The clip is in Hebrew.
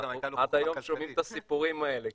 עד היום שומעים את הסיפורים האלה.